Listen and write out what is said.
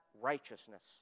righteousness